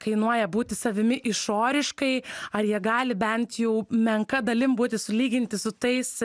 kainuoja būti savimi išoriškai ar jie gali bent jau menka dalim būti sulyginti su tais